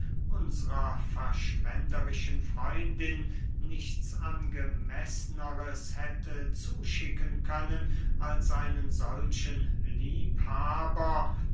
unsrer verschwenderischen freundin nichts angemeßneres hätte zuschicken können als einen solchen liebhaber